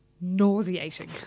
nauseating